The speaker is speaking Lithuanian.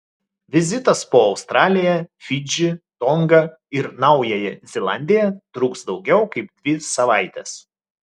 vizitas po australiją fidžį tongą ir naująją zelandiją truks daugiau kaip dvi savaites